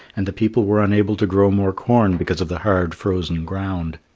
and the people were unable to grow more corn because of the hard frozen ground.